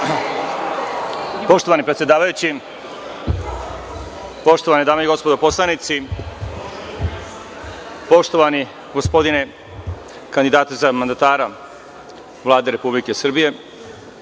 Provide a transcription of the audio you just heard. Poštovani predsedavajući, poštovane dame i gospodo narodni poslanici, poštovani gospodine kandidatu za mandatara Vlade Republike Srbije,